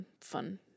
fun